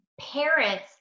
parents